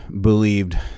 believed